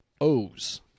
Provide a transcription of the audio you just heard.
O's